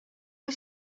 que